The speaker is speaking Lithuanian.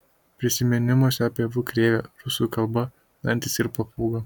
prisiminimuose apie v krėvę rusų kalba dantys ir papūga